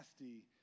nasty